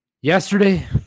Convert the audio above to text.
Yesterday